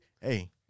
hey